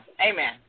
Amen